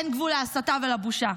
אין גבול להסתה ולבושה.